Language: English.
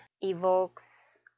evokes